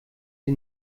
sie